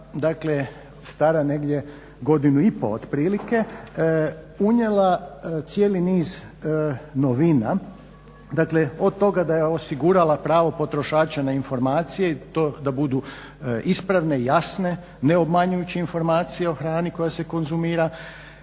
dakle stara negdje godinu i pol otprilike unijela cijeli niz novina dakle od toga da je osigurala pravo potrošača na informacije i to da budu ispravne, jasne, .../Govornik se ne razumije./… informacije o hrani koja se konzumira.